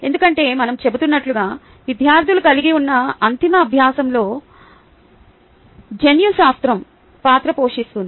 ఎందుకంటే మనం చెబుతున్నట్లుగా విద్యార్థులు కలిగి ఉన్న అంతిమ అభ్యాసంలో జన్యుశాస్త్రం పాత్ర పోషిస్తుంది